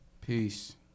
Peace